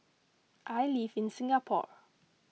I live in Singapore